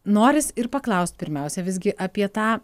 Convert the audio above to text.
noris ir paklaust pirmiausia visgi apie tą